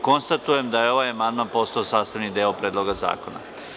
Konstatujem da je ovaj amandman postao sastavni deo Predloga zakona.